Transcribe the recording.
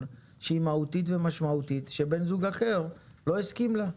שהיא מהותית ומשמעותית שבן הזוג השני לא הסכים לה.